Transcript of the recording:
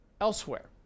elsewhere